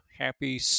Happy